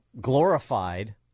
glorified